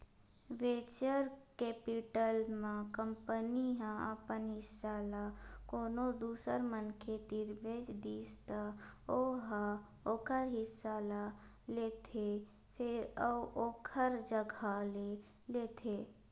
venture capital म company ह अपन हिस्सा ल कोनो दूसर मनखे तीर बेच दिस त ओ ह ओखर हिस्सा ल लेथे फेर अउ ओखर जघा ले लेथे